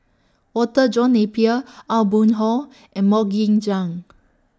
Walter John Napier Aw Boon Haw and Mok Ying Jang